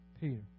Peter